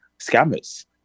scammers